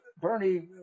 Bernie